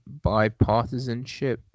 bipartisanship